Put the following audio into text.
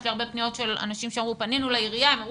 יש אלי הרבה פניות של אנשים שאמרו שהם פנו לעירייה ואמרו